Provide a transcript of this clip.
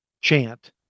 chant